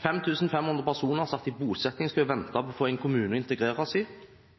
5 500 personer satt i bosettingskø og ventet på å få en kommune å